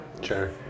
sure